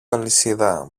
αλυσίδα